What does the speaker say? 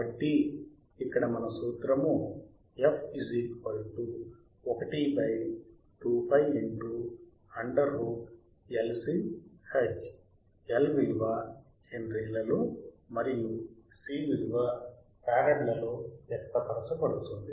కాబట్టి ఇక్కడ మన సూత్రము L విలువ హెన్రీలలో మరియు C విలువ ఫారడ్ లలో వ్యక్తపరచబడుతుంది